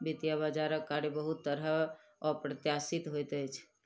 वित्तीय बजारक कार्य बहुत तरहेँ अप्रत्याशित होइत अछि